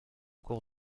cours